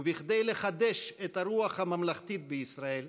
וכדי לחדש את הרוח הממלכתית בישראל,